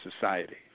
society